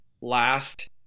last